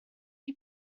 chi